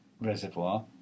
reservoir